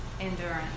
endurance